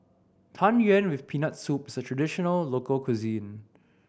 Tang Yuen with Peanut Soup is a traditional local cuisine